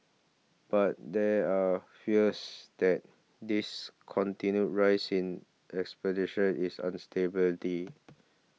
but there are fears that this continued rise in expenditure is